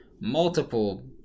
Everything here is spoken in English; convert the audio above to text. Multiple